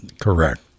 Correct